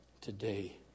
today